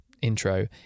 intro